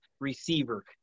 receiver